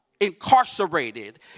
incarcerated